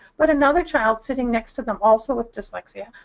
but another child sitting next to them, also with dyslexia,